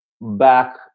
back